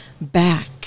back